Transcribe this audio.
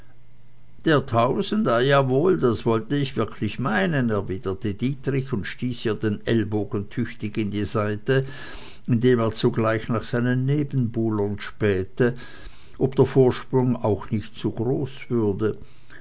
der tausend ei ja wohl das wollte ich wirklich meinen erwidert dietrich und stieß ihr den ellbogen tüchtig in die seite indem er zugleich nach seinen nebenbuhlern spähte ob der vorsprung auch nicht zu groß würde